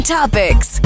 Topics